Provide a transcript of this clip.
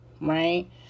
right